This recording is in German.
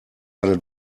eine